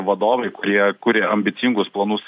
vadovai kurie kuria ambicingus planus